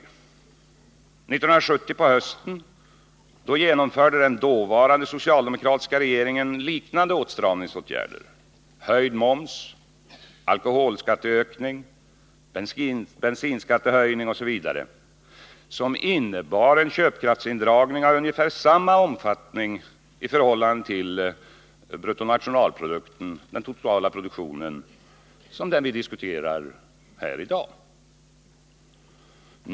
1970 på hösten genomförde den dåvarande socialdemokratiska regeringen liknande åtstramningsåtgärder — höjd moms, alkoholskatteökning, besinskattehöjning etc. — som innebar en köpkraftsindragning av ungefär samma omfattning i förhållande till bruttonationalprodukten som den vi diskuterar här i dag.